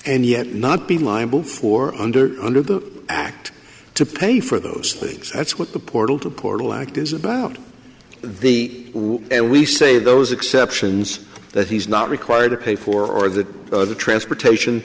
and yet not be liable for under under the act to pay for those things that's what the portal to portal act is about the will and we say those exceptions that he's a not required to pay for the transportation